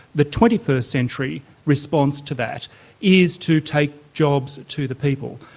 the twenty first century response to that is to take jobs to the people.